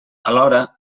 alhora